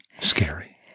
Scary